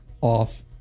off